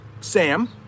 Sam